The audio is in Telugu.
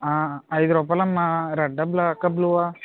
ఐదు రూపాయలమ్మా రెడ్డా బ్ల్యాకా బ్లూవా